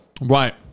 Right